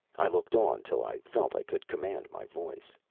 i looked on till i felt i could command my voice.